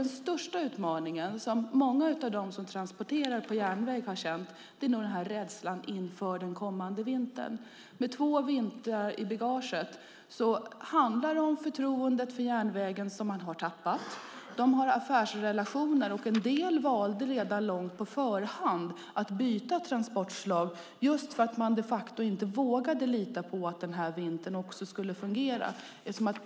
Den största utmaningen som många av dem som transporterar på järnväg har känt är rädslan inför den kommande vintern. Med två vintrar i bagaget har de tappat förtroendet för järnvägen. De har affärsrelationer, och en del valde redan långt på förhand att byta transportslag för att de inte vågade lita på att det skulle fungera den här vintern.